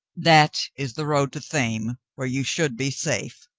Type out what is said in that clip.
that is the road to thame, where you should be safe,